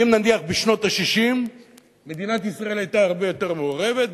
אם נניח בשנות ה-60 מדינת ישראל היתה הרבה יותר מעורבת,